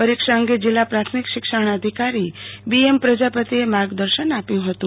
પરિક્ષા અંગે જિલ્લા પ્રાથમિક શિક્ષણાધિકારી બી એમ પ્રજાપતિ માર્ગદર્શન આપ્યું હતું